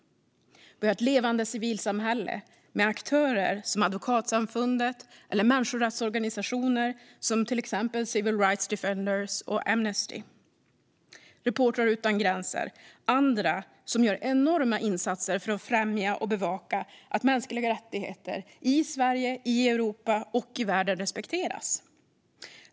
Vi har ett levande civilsamhälle med aktörer som Advokatsamfundet, människorättsorganisationer som Civil Rights Defenders och Amnesty, Reportrar utan gränser och andra som gör enorma insatser för att främja och bevaka att mänskliga rättigheter i Sverige, i Europa och i världen respekteras.